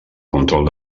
control